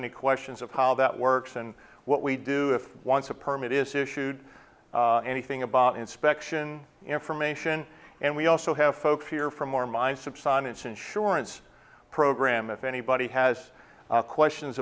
any questions of how that works and what we do if once a permit is issued anything about inspection information and we also have folks here from or mine subsidence insurance program if anybody has questions